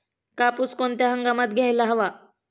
कापूस कोणत्या हंगामात घ्यायला हवा?